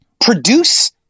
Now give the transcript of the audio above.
produce